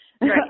Right